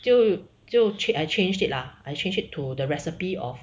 就就去 I changed it lah I change it to the recipe of